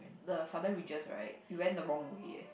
the southern ridges right we went the wrong way eh